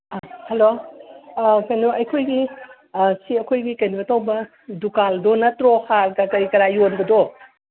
ꯑꯥ hello ꯑꯥ ꯀꯩꯅꯣ ꯑꯩꯈꯣꯏꯒꯤ ꯁꯤ ꯑꯩꯈꯣꯏꯒꯤ ꯀꯩꯅꯣ ꯇꯧꯕ ꯗꯨꯀꯥꯟꯗꯣ ꯅꯠꯇ꯭ꯔꯣ ꯍꯥꯔꯒ ꯀꯔꯤ ꯀꯔꯥ ꯌꯣꯟꯕꯗꯣ